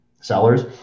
sellers